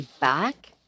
back